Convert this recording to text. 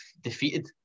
defeated